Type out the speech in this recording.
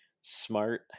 smart